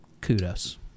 kudos